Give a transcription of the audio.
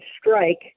strike